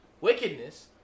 wickedness